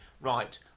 Right